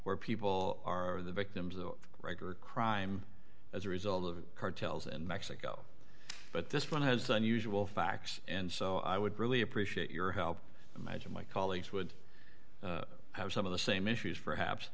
where people are the victims of regular crime as a result of the cartels in mexico but this one has unusual facts and so i would really appreciate your help imagine my colleagues would have some of the same issues for haps